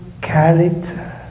character